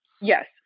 Yes